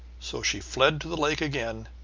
so she fled to the lake again,